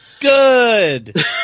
good